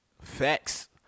Facts